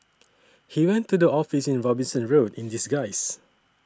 he went to the office in Robinson Road in disguise